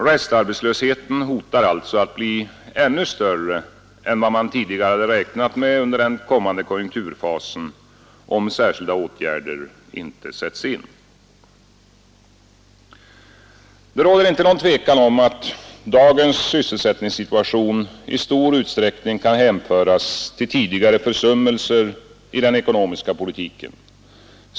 Restarbetslösheten hotar alltså att bli ännu större än vad man tidigare räknat med under den kommande konjunkturfasen, om särskilda åtgärder inte sätts in. Det råder inte någon tvekan om att dagens sysselsättningssituation i stor utsträckning kan hänföras till tidigare försummelser i den ekonomiska politiken.